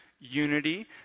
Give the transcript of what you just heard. unity